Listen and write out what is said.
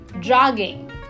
jogging